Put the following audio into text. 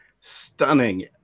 stunning